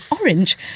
orange